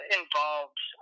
involved